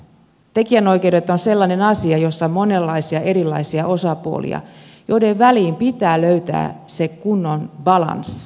tekijänoikeudet on sellainen asia jossa on monenlaisia erilaisia osapuolia joiden välillä pitää löytää se kunnon balanssi